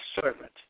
servant